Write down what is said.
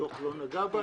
הדוח לא נגע בה.